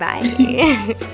Bye